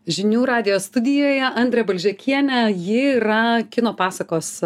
žinių radijo studijoje andrė balžekienė ji yra kino pasakos